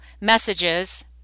messages